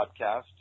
podcast